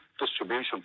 distribution